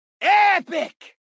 Epic